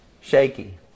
Shaky